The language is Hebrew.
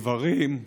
גברים,